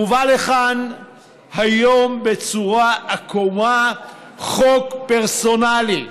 מובא לכאן היום בצורה עקומה חוק פרסונלי,